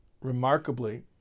remarkably